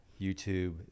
youtube